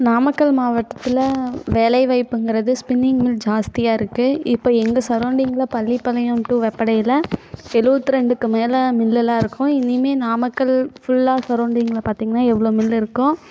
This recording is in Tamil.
நாமக்கல் மாவட்டத்தில் வேலை வாய்ப்புங்கிறது ஸ்பின்னிங் மில் ஜாஸ்தியாக இருக்குது இப்போ எங்கள் சரௌண்டிங்கில் பள்ளிப்பாளையம் டூ வெப்படையில் எழுபத்து ரெண்டுக்கு மேலே மில் எல்லாம் இருக்கும் இனிமேல் நாமக்கல் ஃபுல்லாக சரௌண்டிங்கில் பார்த்திங்னா எவ்வளோ மில் இருக்கும்